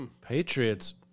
Patriots